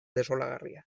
desolagarria